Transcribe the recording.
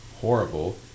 horrible